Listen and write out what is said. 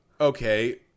okay